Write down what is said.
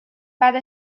بعد